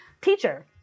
teacher